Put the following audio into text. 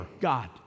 God